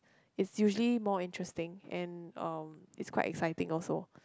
it's usually more interesting and um it's quite exciting also